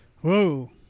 whoa